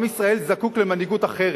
עם ישראל זקוק למנהיגות אחרת,